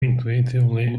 intuitively